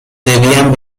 debían